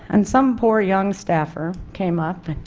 and some poor young staffer came up,